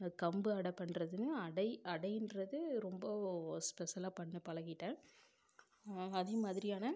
கம்பு அடை பண்ணுறதுன்னு அடை அடைன்றது ரொம்ப ஸ்பெஷலாக பண்ண பழகிட்டேன் அதே மாதிரியான